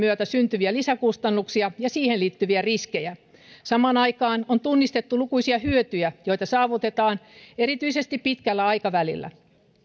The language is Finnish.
myötä syntyviä lisäkustannuksia ja siihen liittyviä riskejä samaan aikaan on tunnistettu lukuisia hyötyjä joita saavutetaan erityisesti pitkällä aikavälillä